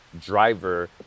driver